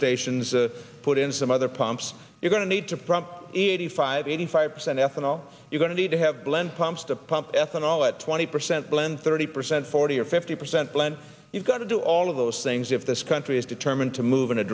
stations to put in some other pumps you're going to need to pump eighty five eighty five percent ethanol you're going to need to have glenn pumps to pump ethanol at twenty percent blend thirty percent forty or fifty percent blend you've got to do all of those things if this country is determined to move in a